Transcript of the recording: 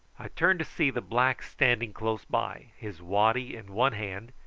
i turned to see the black standing close by, his waddy in one hand,